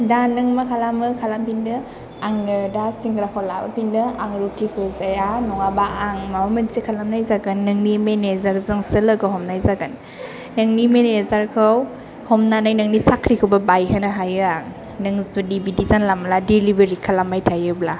दा नों मा खालामो खालाम फिनदो आङो दा सिंग्राखौ लाबो फिनदो आं रूथिखौ जाया नङाबा आं माबा मोनसे खालामनाय जागोन नोंनि मेनेजार जोंसो लोगो हमनाय जागोन नोंनि मेनाजार खौ हमनानै नोंनि साख्रिखौबो बायहोनो हायो आं नों जुदि बिदि जानला मोनला दिलिभारि खालामबाय थायोब्ला